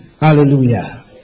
Hallelujah